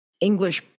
English